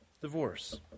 divorce